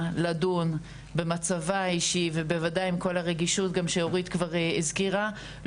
לדון במצבה האישי ובוודאי עם כל הרגישות גם שאורית כבר הזכירה,